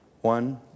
one